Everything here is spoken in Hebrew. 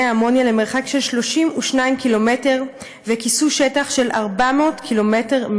האמוניה למרחק של 32 קילומטר וכיסו שטח של 400 קמ"ר,